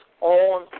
on